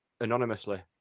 anonymously